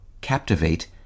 captivate